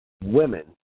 women